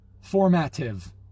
formative